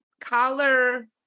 color